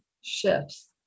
shifts